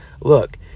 look